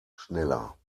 schneller